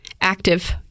active